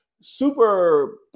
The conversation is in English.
super